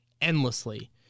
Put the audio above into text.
endlessly